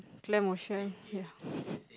clam of shore yeah